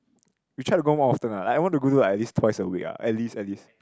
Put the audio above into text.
we try to go more often ah like I want to go do like at least twice a week ah at least at least